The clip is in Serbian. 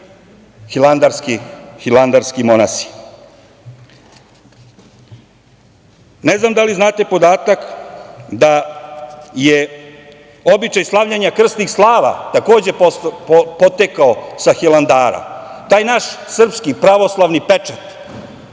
hilandarski monasi. Ne znam da li znate podatak da je običaj slavljenja krsnih slava, takođe, potekao sa Hilandara? Taj naš srpski pravoslavni pečat,